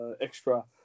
extra